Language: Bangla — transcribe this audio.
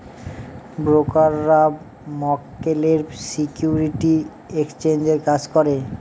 ব্রোকাররা মক্কেলের সিকিউরিটি এক্সচেঞ্জের কাজ করে